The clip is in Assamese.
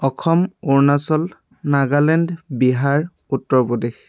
অসম অৰুণাচল নাগালেণ্ড বিহাৰ উত্তৰ প্ৰদেশ